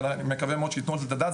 אני מקווה מאוד שייתנו על זה את הדעת.